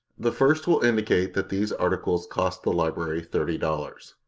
the first will indicate that these articles cost the library thirty dollars.